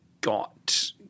got